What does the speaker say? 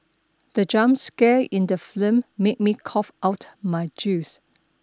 the jump scare in the film made me cough out my juice